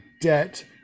debt